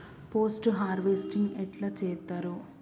Post harvesting ఎట్ల చేత్తరు?